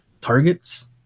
targets